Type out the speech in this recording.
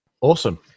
Awesome